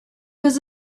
was